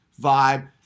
vibe